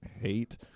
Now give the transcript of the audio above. hate